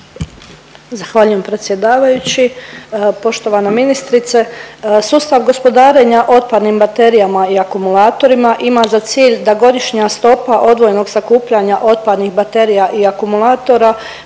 Hvala predsjedavajući, poštovana ministrice. Sustav gospodarenja otpadnim baterijama i akumulatorima ima za cilj da godišnja stopa odvojenog sakupljanja otpadnih baterija i akumulatora